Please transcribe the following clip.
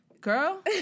Girl